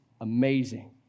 amazing